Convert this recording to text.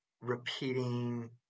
repeating